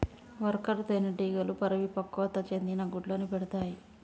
worker తేనెటీగలు పరిపక్వత చెందని గుడ్లను పెడతాయి